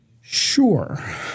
Sure